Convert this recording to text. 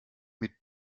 mit